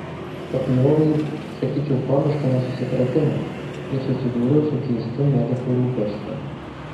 pakliuvau į sakyčiau komišką nesusipratimą ir susidūriau su keistu medikų rūpesčiu